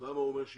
למה הוא אמר שיש?